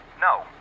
No